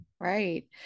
Right